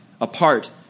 apart